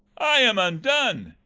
i am undone.